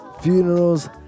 funerals